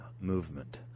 movement